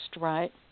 right